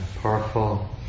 powerful